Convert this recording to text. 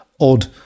odd